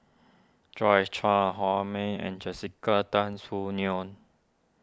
Joyce Char Ho May and Jessica Tan Soon Neo